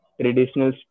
traditional